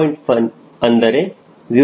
1 ಅಂದರೆ 0